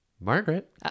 Margaret